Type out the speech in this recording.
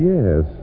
Yes